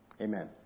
Amen